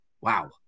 Wow